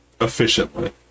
efficiently